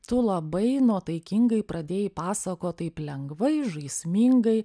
tu labai nuotaikingai pradėjai pasakot taip lengvai žaismingai